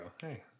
Hey